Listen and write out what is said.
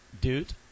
Dude